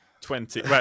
twenty